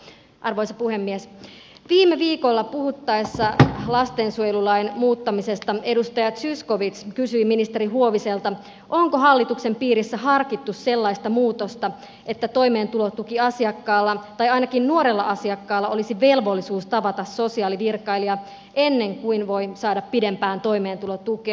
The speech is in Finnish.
viime viikolla puhuttaessa lastensuojelulain muuttamisesta edustaja zyskowicz kysyi ministeri huoviselta onko hallituksen piirissä harkittu sellaista muutosta että toimeentulotukiasiakkaalla tai ainakin nuorella asiakkaalla olisi velvollisuus tavata sosiaalivirkailija ennen kuin voi saada pidempään toimeentulotukea